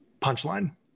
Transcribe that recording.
punchline